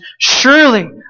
surely